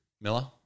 Miller